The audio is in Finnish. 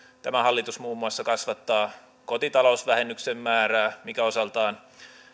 tämä hallitus muun muassa kasvattaa kotitalousvähennyksen määrää mikä osaltaan